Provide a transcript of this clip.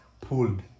pulled